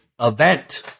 event